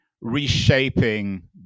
reshaping